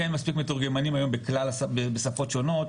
אין מספיק מתורגמנים בשפות שונות.